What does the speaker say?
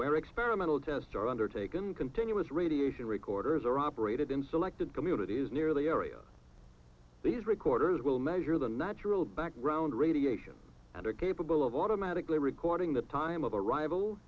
where experimental tests are undertaken continuous radiation recorders are operated in selected communities near the area these recorders will measure the natural background radiation and are capable of automatically recording the time of arrival